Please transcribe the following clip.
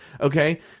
okay